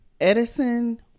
edison